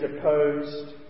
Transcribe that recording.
opposed